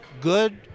good